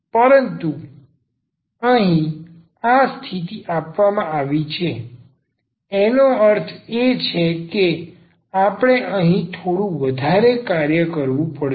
પરંતુ અહીં આ સ્થિતિ આપવામાં આવી છે એનો અર્થ એ કે આપણે અહીં થોડું વધારે કરવું પડશે